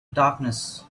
darkness